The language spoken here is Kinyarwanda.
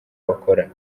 bakora